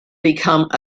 become